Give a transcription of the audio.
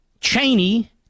Cheney